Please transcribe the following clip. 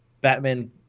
Batman